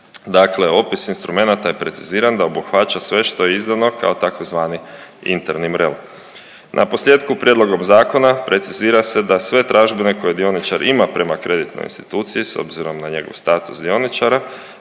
Dakle, opis instrumenata je preciziran da obuhvaća sve što je izdano kao tzv. interni MREL. Naposljetku, prijedlogom zakona precizira se da sve tražbine koje dioničar ima prema kreditnoj instituciji s obzirom na njegov status dioničara